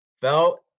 felt